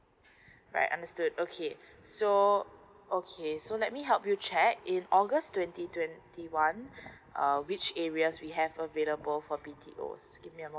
right understood okay so okay so let me help you check in august twenty twenty one uh which areas we have available for B_T_O give me a